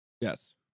Yes